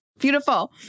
beautiful